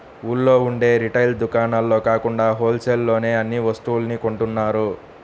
ఊళ్ళో ఉండే రిటైల్ దుకాణాల్లో కాకుండా హోల్ సేల్ లోనే అన్ని వస్తువుల్ని కొంటున్నారు